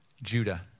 Judah